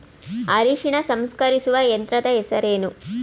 ಅರಿಶಿನ ಸಂಸ್ಕರಿಸುವ ಯಂತ್ರದ ಹೆಸರೇನು?